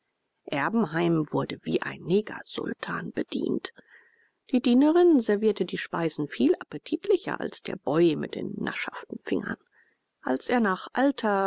erbenheim wurde wie ein negersultan bedient die dienerin servierte die speisen viel appetitlicher als der boy mit den naschhaften fingern als er nach alter